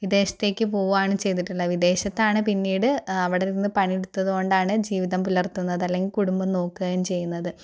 പോകുകയാണ് ചെയ്തിട്ടുള്ളത് വിദേശത്താണ് പിന്നീട് അവിടെ നിന്ന് പണിയെടുത്തതുകൊണ്ടാണ് ജീവിതം പുലർത്തുന്നത് അല്ലെങ്കിൽ കുടുംബം നോക്കുകയും ചെയ്യുന്നത്